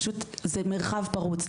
זה פשוט מרחב פרוץ.